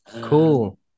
Cool